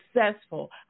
successful